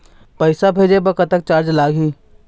पैसा भेजे बर कतक चार्ज लगही?